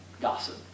gossip